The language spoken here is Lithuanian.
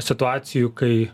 situacijų kai